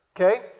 okay